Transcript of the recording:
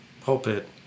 pulpit